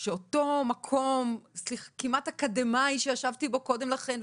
הרגשתי שאותו מקום כמעט אקדמי שישבתי בו קודם לכן,